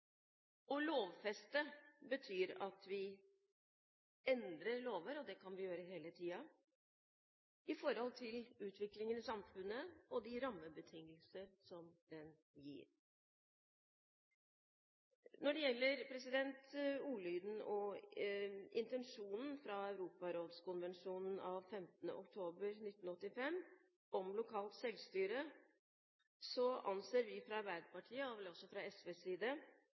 Å lovfeste betyr at vi endrer lover – og det kan vi gjøre hele tiden – ut fra utviklingen i samfunnet og de rammebetingelser som den gir. Når det gjelder ordlyden og intensjonen i Europarådskonvensjonen av 15. oktober 1985 om lokalt selvstyre, anser vi fra Arbeiderpartiets side, og vel også fra SVs side,